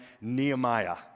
Nehemiah